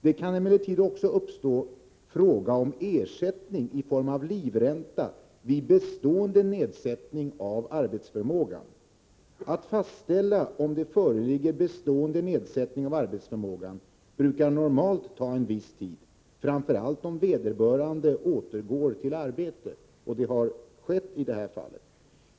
Det kan emellertid också uppstå fråga om ersättning i form av livränta vid bestående nedsättning av arbetsförmågan. Att fastställa om det föreligger bestående nedsättning av arbetsförmågan brukar normalt ta en viss tid, framför allt om vederbörande återgår till arbete, och det har skett i detta fall.